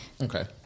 Okay